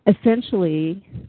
Essentially